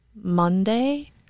Monday